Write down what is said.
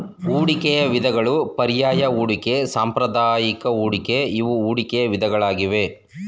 ಹೂಡಿಕೆಯ ವಿಧಗಳು ಪರ್ಯಾಯ ಹೂಡಿಕೆ, ಸಾಂಪ್ರದಾಯಿಕ ಹೂಡಿಕೆ ಇವು ಹೂಡಿಕೆಯ ವಿಧಗಳಾಗಿವೆ